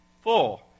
four